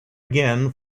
again